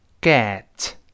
get